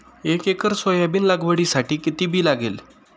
एक acre soybean लागवडीसाठी किती बी लागेल?